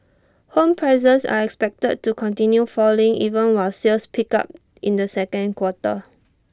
home prices are expected to continue falling even while sales picked up in the second quarter